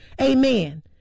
Amen